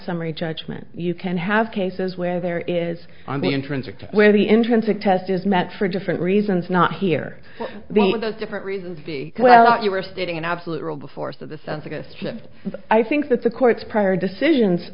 summary judgment you can have cases where there is on the intrinsic where the intrinsic test is met for different reasons not here they are those different reasons the well that you are stating an absolute rule before so this sounds aggressive i think that the courts prior decisions